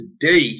today